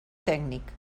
tècnic